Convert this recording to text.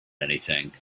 anything